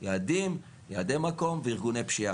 יעדים, יעדי מקום וארגוני פשיעה.